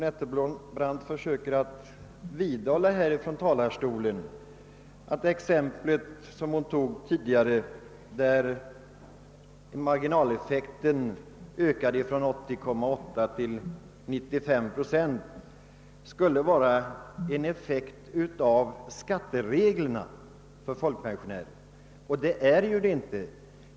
Herr talman! Fru Nettelbrandt vidhåller att ökningen av marginaleffekten från 80,8 till 935 procent i det exem pel som hon anförde tidigare skulle vara en effekt av skattereglerna för folkpensionärer. Så är det inte.